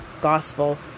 gospel